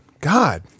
God